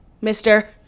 mister